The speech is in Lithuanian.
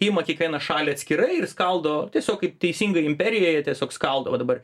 ima kiekvieną šalį atskirai ir skaldo tiesiog kaip teisinga imperija jie tiesiog skaldo va dabar